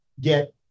get